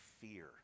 fear